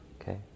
okay